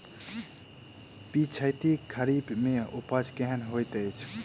पिछैती खरीफ मे उपज केहन होइत अछि?